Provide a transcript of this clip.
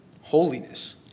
holiness